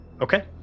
Okay